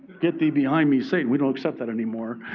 get thee behind me, satan. we don't accept that anymore.